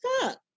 fuck